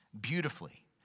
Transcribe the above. beautifully